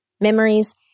memories